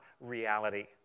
reality